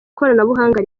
koranabuhanga